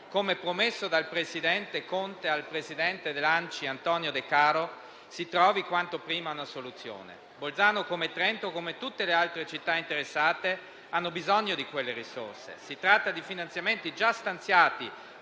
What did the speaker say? come promesso dal presidente Conte al presidente dell'ANCI Antonio Decaro - che si trovi quanto prima una soluzione. Bolzano, come Trento, come tutte le altre città interessate, ha bisogno di quelle risorse. Si tratta di finanziamenti già stanziati,